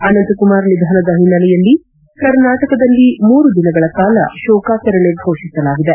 ಅನಂತಕುಮಾರ್ ನಿಧನದ ಹಿನ್ನೆಲೆಯಲ್ಲಿ ಕರ್ನಾಟಕದಲ್ಲಿ ಮೂರು ದಿನಗಳ ಕಾಲ ಶೋಕಾಚರಣೆ ಘೋಷಿಸಲಾಗಿದೆ